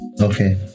Okay